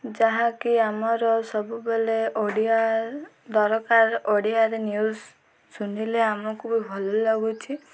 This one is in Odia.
ଯାହାକି ଆମର ସବୁବେଳେ ଓଡ଼ିଆ ଦରକାର ଓଡ଼ିଆରେ ନ୍ୟୁଜ୍ ଶୁଣିଲେ ଆମକୁ ବି ଭଲ ଲାଗୁଛି